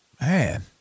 man